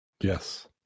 Yes